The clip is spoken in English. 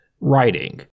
writing